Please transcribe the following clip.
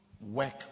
work